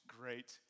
great